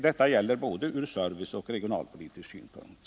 Detta gäller ur både serviceoch regionalpolitiska synpunkter.